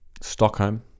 Stockholm